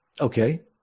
Okay